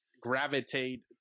gravitate